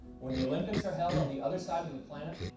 when the olympics are held on the other side of the planet,